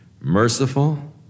Merciful